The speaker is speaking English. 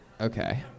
Okay